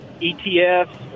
ETFs